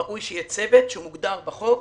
וראוי שיהיה צוות שמוגדר בחוק.